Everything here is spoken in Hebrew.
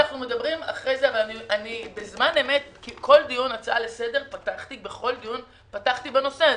בכל דיון פתחתי בנושא הזה.